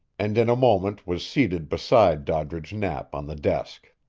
and in a moment was seated beside doddridge knapp on the desk.